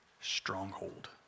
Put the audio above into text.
Stronghold